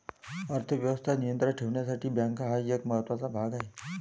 अर्थ व्यवस्था नियंत्रणात ठेवण्यासाठी बँका हा एक महत्त्वाचा भाग आहे